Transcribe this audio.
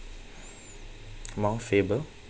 mount faber